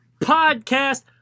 Podcast